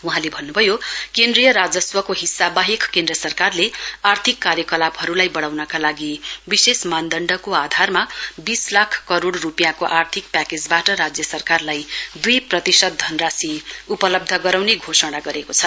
वहाँले भन्न्भयो केन्द्रीय राजस्वको हिस्सा बाहेक केन्द्र सरकारले आर्थिक कार्यकलापहरूलाई बढ़ाउनका लागि विशेष मानदण्डको आधारमा बीस लाख करोड रूपियाँको आर्थिक प्याकेजबाट राज्य सरकारलाई द्ई प्रतिशत धनराशि उपलब्ध गराउने घोषणा गरेको छ